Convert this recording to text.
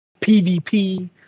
pvp